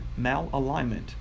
malalignment